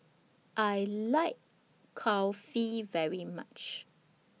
I like Kulfi very much